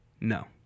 No